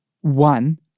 one